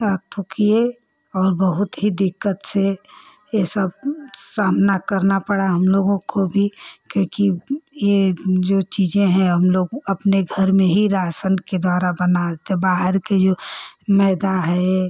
किए और बहुत ही दिक्कत से यह सब सामना करना पड़ा हमलोगों को भी क्योंकि ये जो चीज़ें हैं हमलोग अपने घर में ही राशन के द्वारा बनाते बाहर का जो मैदा है